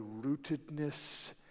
rootedness